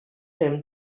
him